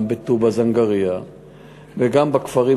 גם בטובא-זנגרייה וגם בכפרים,